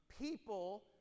people